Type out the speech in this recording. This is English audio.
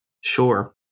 Sure